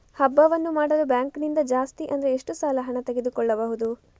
ಹಬ್ಬವನ್ನು ಮಾಡಲು ಬ್ಯಾಂಕ್ ನಿಂದ ಜಾಸ್ತಿ ಅಂದ್ರೆ ಎಷ್ಟು ಸಾಲ ಹಣ ತೆಗೆದುಕೊಳ್ಳಬಹುದು?